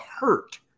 hurt